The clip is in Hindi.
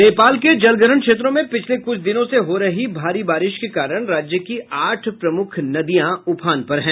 नेपाल के जलग्रहण क्षेत्रों में पिछले कुछ दिनों से हो रही भारी बारिश के कारण राज्य की आठ प्रमुख नदियां उफान पर हैं